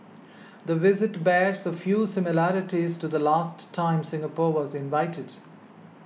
the visit bears a few similarities to the last time Singapore was invited